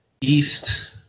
East